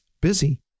busy